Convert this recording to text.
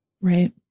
Right